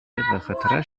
вӑхӑтра